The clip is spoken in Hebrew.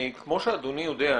כמו שאדוני יודע,